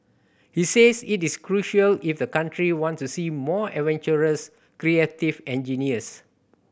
he says it is crucial if the country wants to see more adventurous creative engineers